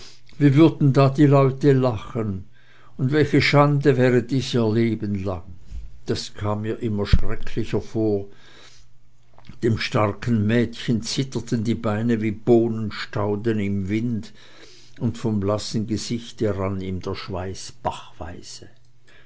wie würden da die leute lachen und welche schande wäre dies ihr leben lang das kam ihr immer schrecklicher vor dem starken mädchen zitterten die beine wie bohnenstauden im winde und vom blassen gesichte rann ihm der schweiß